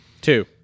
Two